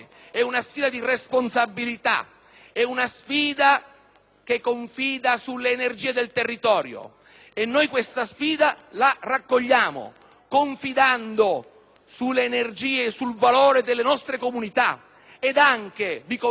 assegnamento sulle energie del territorio e noi questa sfida la raccogliamo, confidando nel valore delle nostre comunità e anche - vi confesso - nella voglia di riscatto di queste comunità.